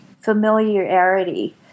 familiarity